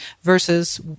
versus